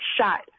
shot